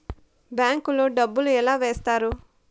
bank లో డబ్బులు ఎలా వేస్తారు